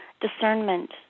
discernment